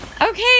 Okay